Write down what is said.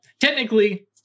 technically